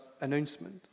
announcement